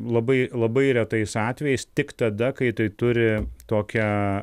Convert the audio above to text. labai labai retais atvejais tik tada kai tai turi tokią